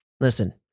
Listen